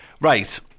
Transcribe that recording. Right